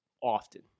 often